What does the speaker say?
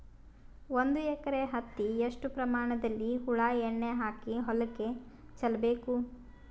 ಒಂದು ಎಕರೆ ಹತ್ತಿ ಎಷ್ಟು ಪ್ರಮಾಣದಲ್ಲಿ ಹುಳ ಎಣ್ಣೆ ಹಾಕಿ ಹೊಲಕ್ಕೆ ಚಲಬೇಕು?